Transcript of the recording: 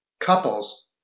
couples